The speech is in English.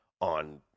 on